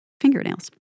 fingernails